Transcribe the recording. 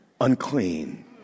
unclean